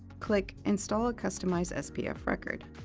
click install a customized spf record.